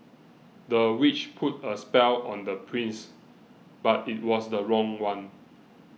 the witch put a spell on the prince but it was the wrong one